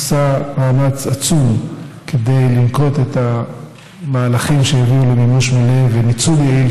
עושה מאמץ עצום כדי לנקוט מהלכים שיביאו למימוש יעיל ולניצול יעיל